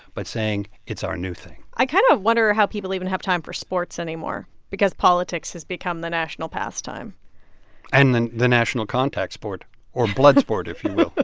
but saying it's our new thing i kind of wonder how people even have time for sports anymore because politics has become the national pastime and then the national contact sport or blood sport, if you will